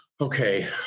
okay